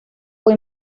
fue